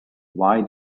why